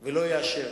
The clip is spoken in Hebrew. כוונה ושום